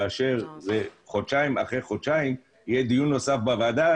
כאשר חודשיים אחרי חודשיים יהיה דיון נוסף בוועדה